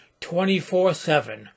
24-7